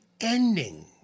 ending